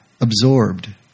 absorbed